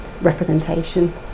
representation